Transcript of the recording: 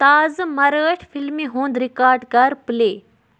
تازٕ مراٹھۍ فِلمِہ ہُند رِکارڈ کر پٕلے